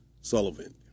Sullivan